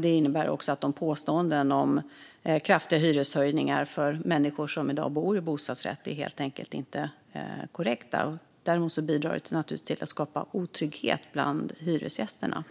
Det innebär också att påståenden om kraftiga hyreshöjningar för människor som i dag bor i hyresrätt helt enkelt inte är korrekta. Däremot bidrar det naturligtvis till att skapa otrygghet bland hyresgästerna.